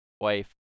wife